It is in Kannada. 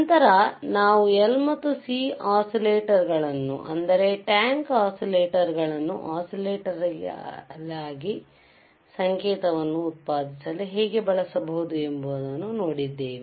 ನಂತರ ನಾವು L ಮತ್ತು C ಒಸಿಲೇಟಾರ್ಗಳನ್ನು ಅಂದರೆ ಟ್ಯಾಂಕ್ ಒಸಿಲೇಟಾರ್ ಗಳನ್ನು ಒಸಿಲೇಟಾರಿ ಸಂಕೇತವನ್ನು ಉತ್ಪಾದಿಸಲು ಹೇಗೆ ಬಳಸಬಹುದು ಎಂಬುದನ್ನು ನೋಡಿದ್ದೇವೆ